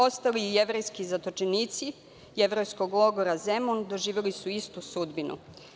Ostali jevrejski zatočenici jevrejskog logora „Zemun“ doživeli su istu sudbinu.